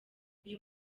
uyu